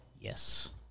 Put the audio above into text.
Yes